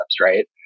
right